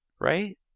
right